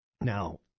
Now